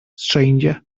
stranger